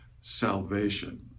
salvation